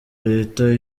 reta